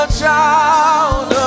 child